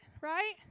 right